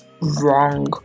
Wrong